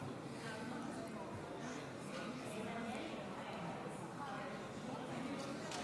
להודיעכם, כי הונחו היום על שולחן